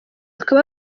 akaba